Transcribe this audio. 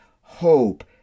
Hope